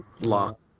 Lock